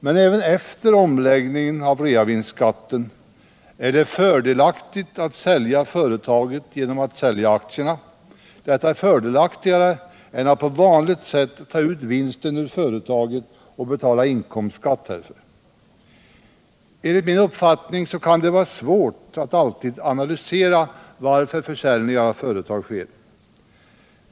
Men även efter omläggningen av reavinstskatten är det fördelaktigt att sälja företaget genom att sälja aktierna. Detta är fördelaktigare än att på vanligt sätt ta ut vinsten ur företaget och betala inkomstskatt härför. Enligt min uppfattning kan det vara svårt att alltid analysera varför försäljning av ett företag sker.